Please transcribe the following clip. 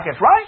right